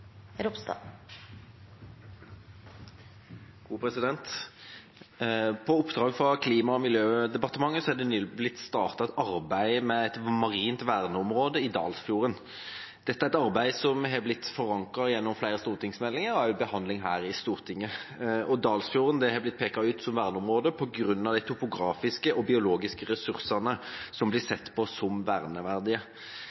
Klima- og miljødepartementet er det nylig startet et arbeid med et marint verneområde i Dalsfjorden. Dette er et arbeid som er forankret gjennom flere stortingsmeldinger og behandling her i Stortinget. Dalsfjorden er pekt ut som verneområde på grunn av de topografiske og biologiske ressursene, som blir